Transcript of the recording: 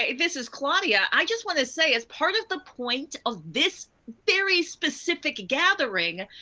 ah this is claudia. i just wanna say, as part of the point of this very specific gathering,